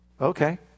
Okay